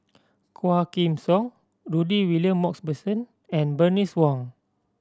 Quah Kim Song Rudy William Mosbergen and Bernice Wong